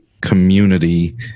community